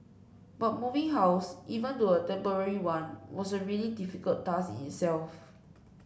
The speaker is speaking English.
but moving house even to a temporary one was a really difficult task in itself